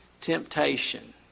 temptation